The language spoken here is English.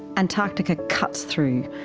antarctica cuts through.